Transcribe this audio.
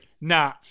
nah